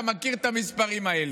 אתה מכיר את המספרים האלה.